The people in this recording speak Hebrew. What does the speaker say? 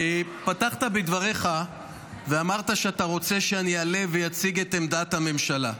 פתחת בדבריך ואמרת שאתה רוצה שאני אעלה ואציג את עמדת הממשלה.